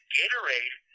Gatorade